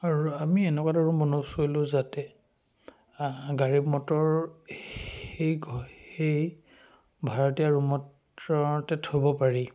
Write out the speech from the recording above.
আৰু আমি এনেকুৱা এটা ৰুম বন্দবস্ত কৰিলোঁ যাতে গাড়ী মটৰ সেই ঘ সেই ঘৰ ভাৰতীয়া ৰুমত থ'ব পাৰি